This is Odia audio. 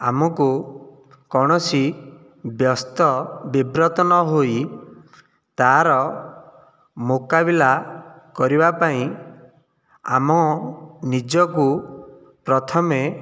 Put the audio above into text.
ଆମକୁ କୌଣସି ବ୍ୟସ୍ତ ବିବ୍ରତ ନହୋଇ ତାର ମୁକାବିଲା କରିବା ପାଇଁ ଆମ ନିଜକୁ ପ୍ରଥମେ